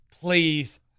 please